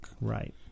Right